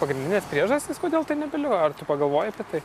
pagrindinės priežastys kodėl tai nebeliko ar tu pagalvoji apie tai